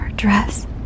dress